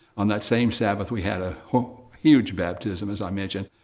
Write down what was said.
on that same sabbath, we had a huge baptism, as i mentioned,